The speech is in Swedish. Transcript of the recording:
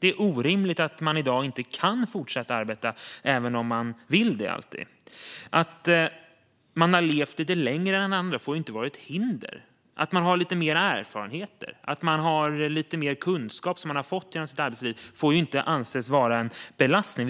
Det är orimligt att man i dag inte alltid kan fortsätta arbeta även om man vill det. Att man har levt lite längre än andra får inte vara ett hinder. Att man har lite mer erfarenhet och kunskap som man har fått genom sitt arbetsliv får inte anses vara en belastning.